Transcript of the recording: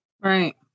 Right